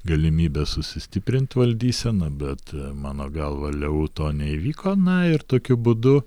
galimybė susistiprint valdyseną bet mano galva leu to neįvyko na ir tokiu būdu